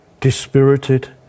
dispirited